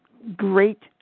great